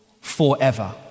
forever